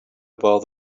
about